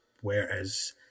whereas